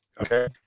okay